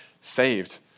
saved